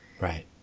Right